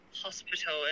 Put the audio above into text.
hospital